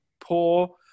poor